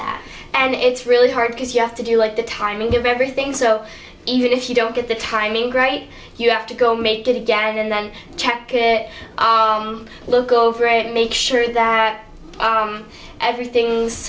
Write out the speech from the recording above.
that and it's really hard because you have to do like the timing of everything so even if you don't get the timing great you have to go make it again and then check it look over it make sure that everything's